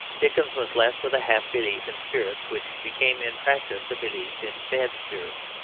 dickens was left with a half belief in spirits which became in practice a belief in bad spirits.